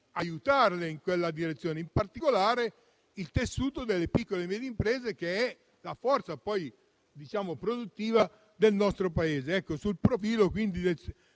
aiutarle in quella direzione, in particolare il tessuto delle piccole e medie imprese che rappresentano la forza produttiva del nostro Paese.